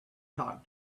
talk